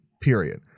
period